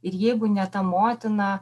ir jeigu ne ta motina